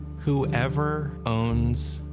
whoever owns,